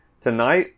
tonight